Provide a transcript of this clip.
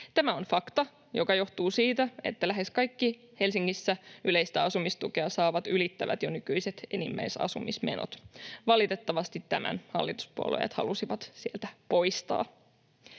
Tämä on fakta, joka johtuu siitä, että lähes kaikki Helsingissä yleistä asumistukea saavat ylittävät jo nykyiset enimmäisasumismenot. Valitettavasti tämän hallituspuolueet halusivat sieltä poistaa.